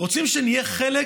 ורוצים שנהיה חלק